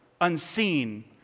unseen